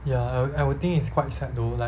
ya I will I will think it's quite sad though like